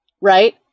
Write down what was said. right